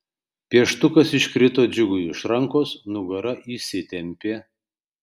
pieštukas iškrito džiugui iš rankos nugara įsitempė